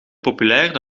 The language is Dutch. populair